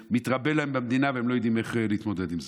שמתרבה להם במדינה והם לא יודעים איך להתמודד עם זה.